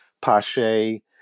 Pache